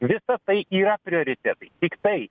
visa tai yra prioritetai tiktai